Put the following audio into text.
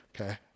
okay